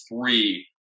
three